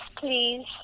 please